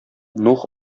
нух